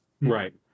Right